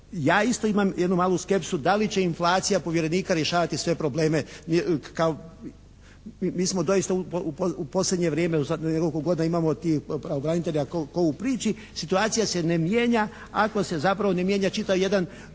Ja isto imam jednu malu skepsu da li će inflacija povjerenika rješavati sve probleme kao, mi smo doista u posljednje vrijeme, u zadnjih nekoliko godina imamo tih pravobranitelja ko u priči. Situacija se ne mijenja ako se zapravo ne mijenja čitav jedan,